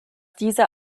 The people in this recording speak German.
diese